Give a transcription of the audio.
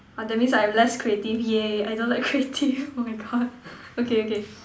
uh that means I less creative !yay! I don't like creative oh my God okay okay